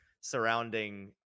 surrounding